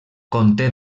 conté